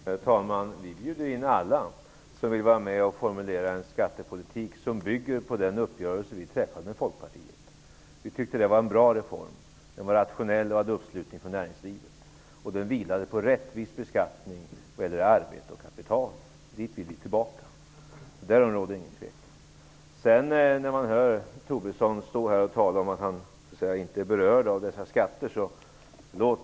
Fru talman! Vi bjuder in alla som vill vara med och formulera en skattepolitik som bygger på den uppgörelse vi träffade med Folkpartiet. Vi tyckte att det var en bra reform. Den var rationell och hade uppbackning från näringslivet, och den vilade på rättvis beskattning vad gäller arbete och kapital. Vi vill tillbaka dit. Därom råder ingen tvekan. Tobisson talar om att han inte är berörd av dessa skatter. Förlåt!